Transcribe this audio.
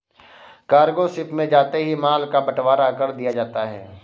cargo ship में जाते ही माल का बंटवारा कर दिया जाता है